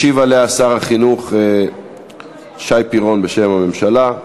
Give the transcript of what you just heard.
ישיב עליה שר החינוך שי פירון, בשם הממשלה.